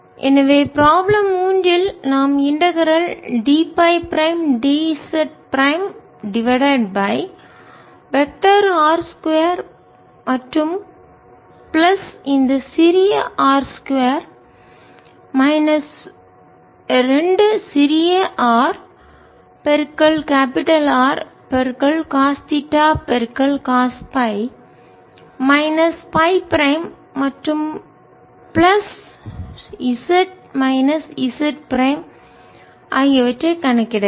எனவே ப்ராப்ளம் மூன்றில் நாம் integral d phi prime dz prime divided by vector R 2 மற்றும் பிளஸ் இந்த சிறிய ஆர் r 2 மைனஸ் 2 சிறிய R capital R cos theta cos Ф minus Ф prime மற்றும் plus z minus z prime ஆகியவற்றைக் கணக்கிட வேண்டும்